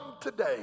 today